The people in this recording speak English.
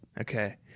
Okay